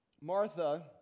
Martha